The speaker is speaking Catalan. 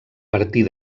partir